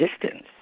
distance